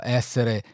essere